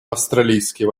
австралийские